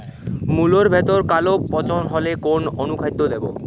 মুলোর ভেতরে কালো পচন হলে কোন অনুখাদ্য দেবো?